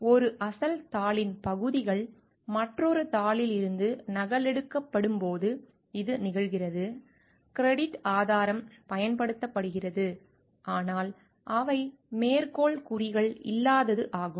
ஒரு அசல் தாளின் பகுதிகள் மற்றொரு தாளில் இருந்து நகலெடுக்கப்படும் போது இது நிகழ்கிறது கிரெடிட் ஆதாரம் பயன்படுத்தப்படுகிறது ஆனால் அவை மேற்கோள் குறிகள் இல்லாதது ஆகும்